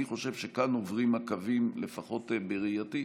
אני חושב שכאן עוברים הקווים, לפחות בראייתי.